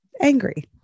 angry